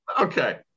okay